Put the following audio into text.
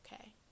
okay